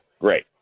Great